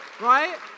right